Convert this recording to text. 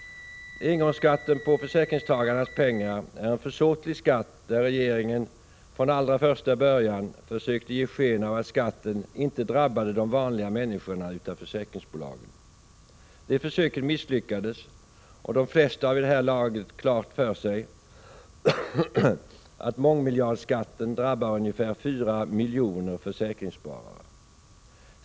Engångsskatten på försäkringstagarnas pengar är en försåtlig skatt där regeringen från allra första början försökte ge sken av att skatten inte drabbade de vanliga människorna utan försäkringsbolagen. Det försöket misslyckades, och de flesta har vid det här laget säkert klart för sig att mångmiljardskatten drabbar ungefär fyra miljoner försäkringssparare.